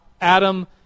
Adam